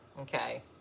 okay